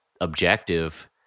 objective